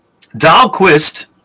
Dahlquist